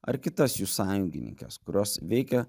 ar kitas jų sąjungininkes kurios veikia